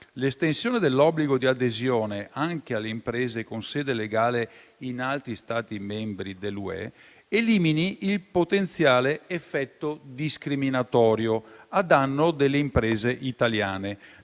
l'estensione dell'obbligo di adesione anche alle imprese con sede legale in altri Stati membri dell'Unione europea elimini il potenziale effetto discriminatorio a danno delle imprese italiane,